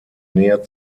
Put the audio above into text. nähe